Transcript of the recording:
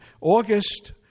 August